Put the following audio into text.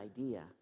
idea